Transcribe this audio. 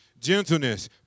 Gentleness